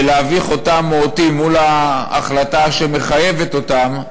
ולהביך אותם או אותי מול ההחלטה שמחייבת אותם,